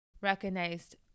recognized